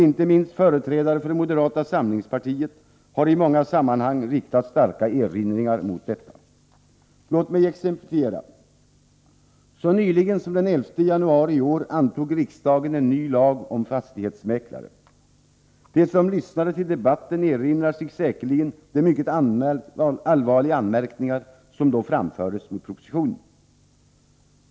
Inte minst företrädare för moderata samlingspartiet har i många sammanhang gjort starka erinringar mot detta. Låt mig exemplifiera. För så kort tid sedan som den 11 januari i år antog riksdagen en ny lag om fastighetsmäklare. De som lyssnade till debatten erinrar sig säkerligen de mycket allvarliga anmärkningar som då framfördes mot propositionen.